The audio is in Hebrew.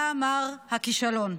אתה מר הכישלון.